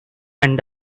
and